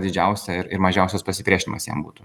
didžiausia ir ir mažiausias pasipriešinimas jam būtų